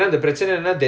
ya